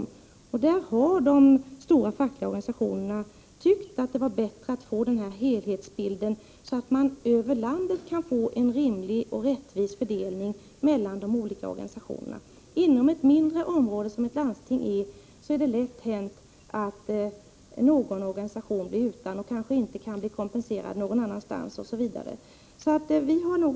I fråga om detta har de stora fackliga organisationerna tyckt att det var bättre att få denna helhetsbild, så att man över landet kan få en rimlig och rättvis fördelning mellan de olika organisationerna. Inom ett mindre område — ett landsting — är det lätt hänt att någon organisation blir utan representation och kanske inte kan bli kompenserad någon annanstans. Därför har vi stannat vid uppfattningen att — Prot.